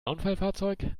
unfallfahrzeug